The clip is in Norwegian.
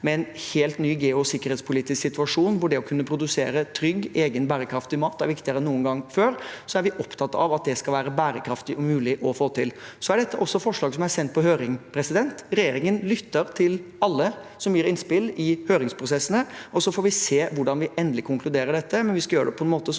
med en helt ny geosikkerhetspolitisk situasjon, hvor det å kunne produsere trygg, egen, bærekraftig mat er viktigere enn noen gang før. Vi er opptatt av at det skal være bærekraftig og mulig å få til. Dette er også forslag som er sendt på høring. Regjeringen lytter til alle som gir innspill i høringsprosessene. Vi får se hvordan vi endelig konkluderer, men vi skal gjøre det på en måte som